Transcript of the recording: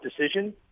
decision